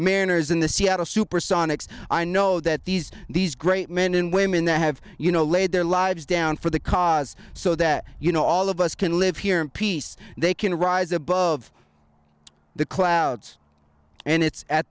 mariners in the seattle supersonics i know that these these great men and women that have you know laid their lives down for the cause so that you know all of us can live here in peace they can rise above the clouds and it's at